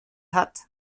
hat